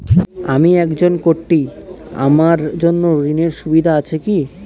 আমি একজন কট্টি আমার জন্য ঋণের সুবিধা আছে কি?